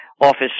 office